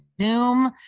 Zoom